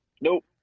Nope